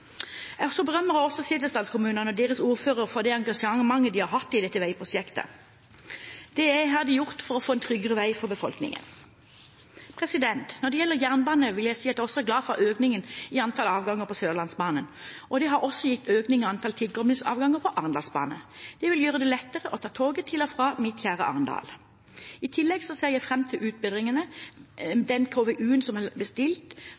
berømmer også setesdalskommunene og deres ordførere for det engasjementet de har hatt i dette veiprosjektet. Det har de gjort for å få en tryggere vei for befolkningen. Når det gjelder jernbanen, vil jeg si at jeg også er glad for økningen i antall avganger på Sørlandsbanen, og det har også gitt en økning i antall tilkoblingsruter på Arendalsbanen. Det vil gjøre det lettere å ta toget til og fra mitt kjære Arendal. I tillegg ser jeg fram til den KVU-en som er bestilt